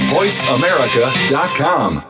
VoiceAmerica.com